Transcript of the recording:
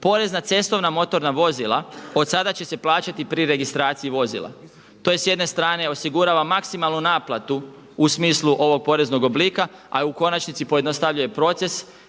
Porez na cestovna motorna vozila, od sada će se plaćati pri registraciji vozila. To s jedne strane osigurava maksimalnu naplatu u smislu ovog poreznog oblika, a u konačnici pojednostavljuje proces